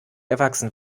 erwachsen